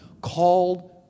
Called